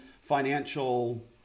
financial